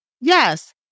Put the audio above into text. Yes